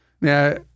Now